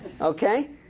Okay